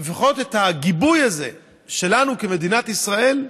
לפחות הגיבוי הזה שלנו, כמדינת ישראל,